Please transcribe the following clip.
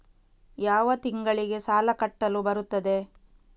ಯಾವ ತಿಂಗಳಿಗೆ ಸಾಲ ಕಟ್ಟಲು ಬರುತ್ತದೆ?